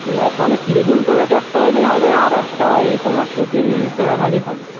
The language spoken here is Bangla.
মানে থ্রি পিন প্লাগ একটা হলেই হবে আর একটা ওই তোমার টু পিন প্লাগ হলেই হবে